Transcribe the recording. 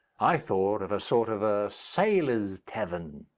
i thought of a sort of a sailor's tavern